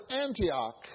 Antioch